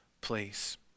place